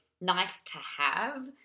nice-to-have